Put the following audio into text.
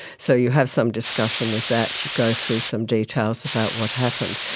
so you have some discussion with that, you go through some details about what happened.